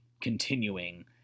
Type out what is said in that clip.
continuing